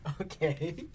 Okay